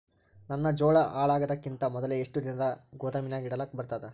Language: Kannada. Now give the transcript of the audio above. ನನ್ನ ಜೋಳಾ ಹಾಳಾಗದಕ್ಕಿಂತ ಮೊದಲೇ ಎಷ್ಟು ದಿನ ಗೊದಾಮನ್ಯಾಗ ಇಡಲಕ ಬರ್ತಾದ?